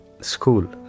school